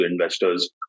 investors